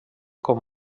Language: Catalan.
com